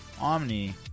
Omni